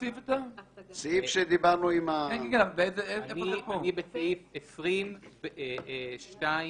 אני בסעיף 20 2(ב).